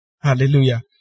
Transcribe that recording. Hallelujah